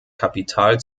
kapital